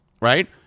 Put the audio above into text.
right